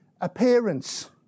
appearance